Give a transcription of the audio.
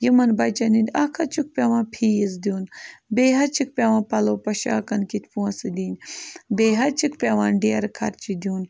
یِمن بَچن ہِنٛدۍ اَکھ حظ چھُکھ پٮ۪وان فیٖس دیُن بیٚیہِ حظ چھِکھ پٮوان پلو پوشاکَن کِتھۍ پونٛسہٕ دِنۍ بیٚیہِ حظ چھِکھ پٮ۪وان ڈیرٕ خرچہِ دِیُن